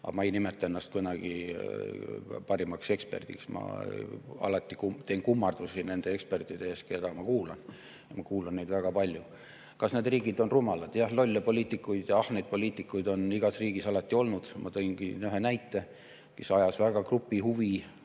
Ma ei nimeta ennast kunagi parimaks eksperdiks. Ma teen alati kummarduse nende ekspertide ees, keda ma kuulan. Ma kuulan neid väga palju. Kas need riigid on rumalad? Jah, lolle poliitikuid, ahneid poliitikuid on igas riigis alati olnud. Ma tõin ühe näite [inimesest], kes ajas väga grupi huvi